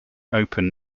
open